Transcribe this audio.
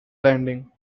landing